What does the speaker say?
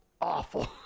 Awful